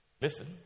Listen